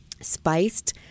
spiced